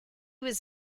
was